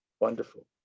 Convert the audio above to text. wonderful